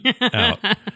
out